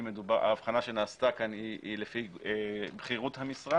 ההבחנה שנעשתה כאן היא לפי בכירות המשרה